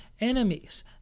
enemies